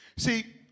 See